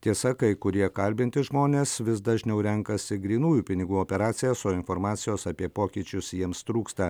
tiesa kai kurie kalbinti žmonės vis dažniau renkasi grynųjų pinigų operacijas o informacijos apie pokyčius jiems trūksta